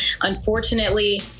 Unfortunately